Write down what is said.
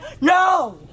no